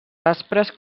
aspres